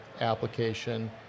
application